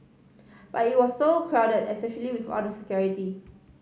but it was so crowded especially with all the security